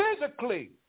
physically